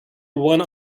one